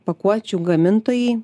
pakuočių gamintojai